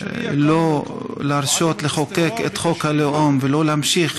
שלא להרשות לחוקק את חוק הלאום לא להמשיך